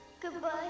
Goodbye